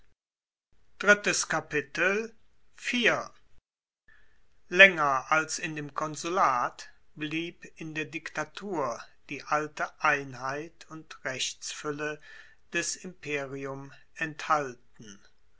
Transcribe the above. laenger als in dem konsulat blieb in der diktatur die alte einheit und rechtsfuelle des imperium enthalten